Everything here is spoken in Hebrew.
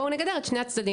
בואו נגדר את שני הצדדים,